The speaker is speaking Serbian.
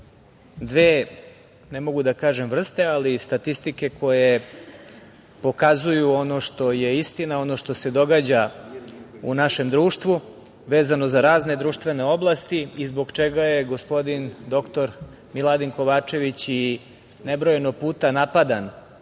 dve ne mogu da kažem vrste ali statistike koje pokazuju ono što je istina, ono što se događa u našem društvu, vezano za razne društvene oblasti i zbog čega je gospodin dr Miladin Kovačević i nebrojano puta napadan